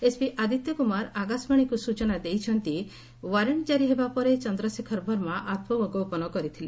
SP Aditya Kumar ଆକାଶବାଣୀକୁ ସୂଚନା ଦେଇଛନ୍ତି ଓ୍ୱାରେଣ୍ଟ ଜାରି ହେବା ପରେ ଚନ୍ଦ୍ରଶେଖର ବର୍ମା ଆତ୍କଗୋପନ କରିଥିଲେ